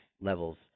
levels